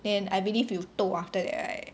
then I believe you toh after that right